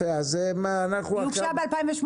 היא הוגשה ב-2018.